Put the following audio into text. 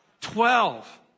Twelve